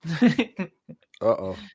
Uh-oh